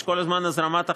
יש כל הזמן הזרמת הכנסות.